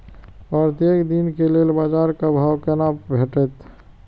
प्रत्येक दिन के लेल बाजार क भाव केना भेटैत?